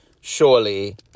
surely